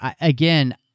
again